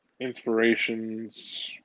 Inspirations